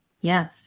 Yes